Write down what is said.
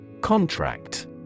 Contract